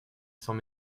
sans